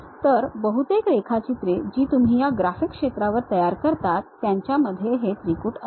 तर बहुतेक रेखाचित्रे जी तुम्ही या ग्राफिक्स क्षेत्रावर तयार करता त्यांच्यामध्ये हे त्रिकुट असते